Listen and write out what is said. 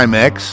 mix